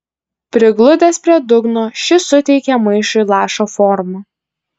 prigludęs prie dugno šis suteikė maišui lašo formą